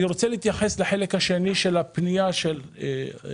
אני רוצה להתייחס לחלק השני של פניית חבר